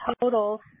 total